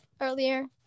earlier